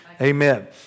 Amen